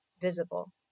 visible